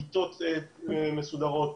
במיטות מסודרות.